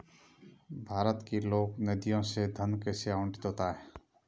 भारत की लोक निधियों से धन कैसे आवंटित होता है?